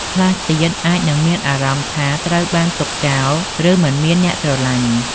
ខ្លះទៀតអាចនឹងមានអារម្មណ៍ថាត្រូវបានទុកចោល ឬមិនមានអ្នកស្រឡាញ់។